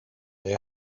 they